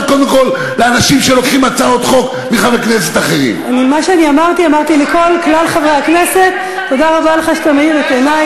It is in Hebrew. החוק של חבר הכנסת רוזנטל הוגשה לכנסת,